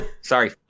Sorry